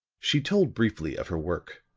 she told briefly of her work.